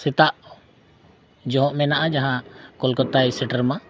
ᱥᱮᱛᱟᱜ ᱡᱚᱦᱚᱜ ᱢᱮᱱᱟᱜᱼᱟ ᱡᱟᱦᱟᱸ ᱠᱳᱞᱠᱟᱛᱟᱭ ᱥᱮᱴᱮᱨ ᱢᱟ